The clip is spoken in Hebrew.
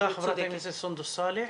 תודה, חברת הכנסת סונדוס סאלח.